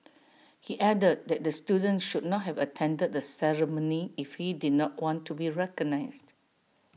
he added that the student should not have attended the ceremony if he did not want to be recognised